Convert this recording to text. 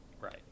Right